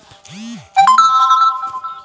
आलूक अधिक समय से रखवार केते की उपाय होचे?